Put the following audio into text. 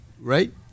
right